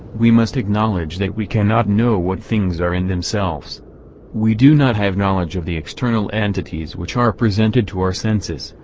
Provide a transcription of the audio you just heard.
we must acknowledge that we cannot know what things are, in themselves we do not have knowledge of the external entities which are presented to our senses,